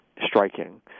striking